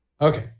Okay